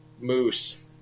Moose